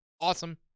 Awesome